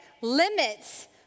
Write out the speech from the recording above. limits